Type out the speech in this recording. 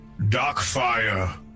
Darkfire